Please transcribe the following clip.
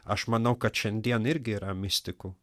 aš manau kad šiandien irgi yra mistikų